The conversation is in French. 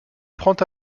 prend